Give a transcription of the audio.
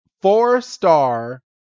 four-star